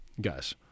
guys